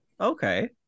Okay